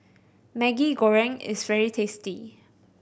Maggi Goreng is very tasty